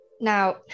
now